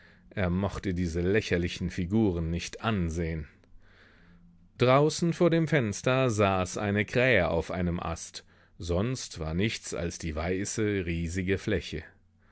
er mochte diese lächerlichen figuren nicht ansehen draußen vor dem fenster saß eine krähe auf einem ast sonst war nichts als die weiße riesige fläche